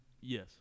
Yes